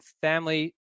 family